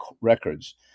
records